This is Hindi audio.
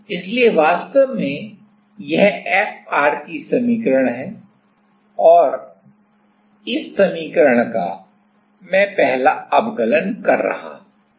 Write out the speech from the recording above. इसलिए वास्तव में यह Fr की समीकरण है और इस और इस समीकरण का मैं पहला अवकलन कर रहा हूं